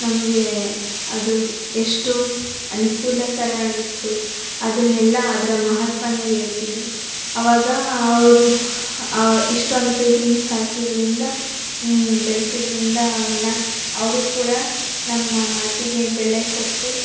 ನಮಗೆ ಅದು ಎಷ್ಟು ಅನುಕೂಲಕರ ಆಗಿತ್ತು ಅದನ್ನೆಲ್ಲ ಅದರ ಮಹತ್ವನ ಹೇಳ್ತೀವಿ ಅವಾಗ ಅವರು ಇಷ್ಟೊಂದು ಪ್ರೀತಿಯಿಂದ ಸಾಕಿದ್ದರಿಂದ ಬೆಳ್ಸಿದ್ದರಿಂದ ಅವನ್ನ ಅವರು ಕೂಡ ನಮ್ಮ ಮಾತಿಗೆ ಬೆಲೆ ಕೊಟ್ಟು